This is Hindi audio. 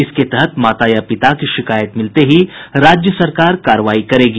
इसके तहत माता या पिता की शिकायत मिलते ही राज्य सरकार कार्रवाई करेगी